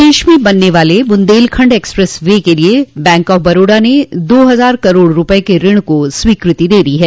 प्रदेश में बनने वाले बुन्देलखंड एक्सप्रेस वे के लिये बैंक ऑफ बड़ौदा ने दो हजार करोड़ रूपये के ऋण को स्वीकृति दे दी है